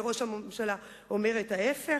ואת ראש הממשלה אומר את ההיפך.